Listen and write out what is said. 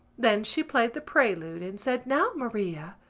then she played the prelude and said now, maria!